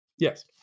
Yes